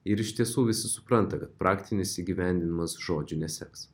ir iš tiesų visi supranta kad praktinis įgyvendinimas žodžių neseks